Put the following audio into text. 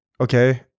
Okay